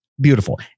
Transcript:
beautiful